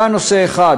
זה הנושא האחד.